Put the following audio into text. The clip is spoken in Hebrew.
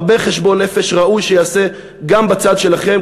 הרבה חשבון נפש ראוי שייעשה גם בצד שלכם,